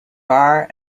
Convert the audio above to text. bar